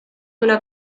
una